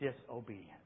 disobedience